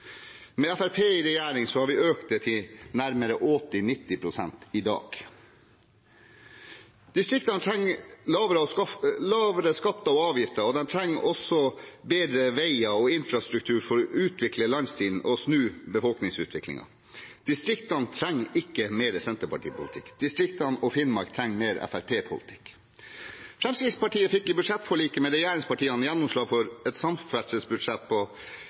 regjering er det økt til nærmere 80–90 pst. i dag. Distriktene trenger lavere skatter og avgifter, og de trenger også bedre veier og infrastruktur for å utvikle landsdelen og snu befolkningsutviklingen. Distriktene trenger ikke mer Senterparti-politikk. Distriktene og Finnmark trenger mer Fremskrittsparti-politikk. Fremskrittspartiet fikk i budsjettforliket med regjeringspartiene gjennomslag for et samferdselsbudsjett på